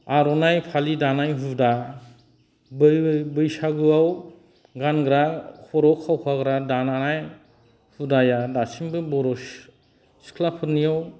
आर'नाइ फालि दानाय हुदा बैसागुआव गानग्रा खर' खावखाग्रा दानाय हुदाया दासिमबो सिख्लाफोरनियाव